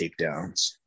takedowns